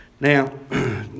Now